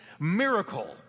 Miracle